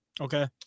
Okay